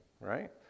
right